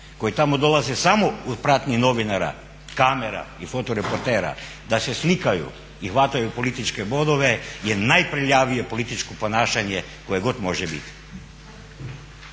koji tamo dolaze samo u pratnji novinara, kamera i fotoreportera da se slikaju i hvataju političke bodove je najprljavije političko ponašanje koje god može biti.